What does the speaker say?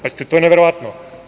Pazite, to je neverovatno.